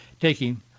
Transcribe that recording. taking